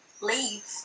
leave